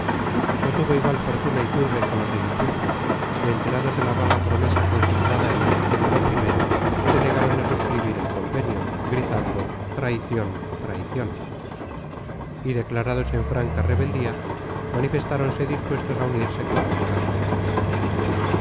no tuvo igual fortuna iturbe con los de guipúzcoa que enterados de la vaga promesa consignada en el artículo primero se negaron a suscribir el convenio gritando traición traición y declarados en franca rebeldía manifestáronse dispuestos a unirse con d carlos